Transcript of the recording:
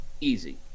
easy